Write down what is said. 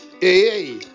Hey